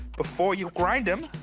before you grind them